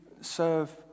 serve